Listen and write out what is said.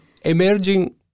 emerging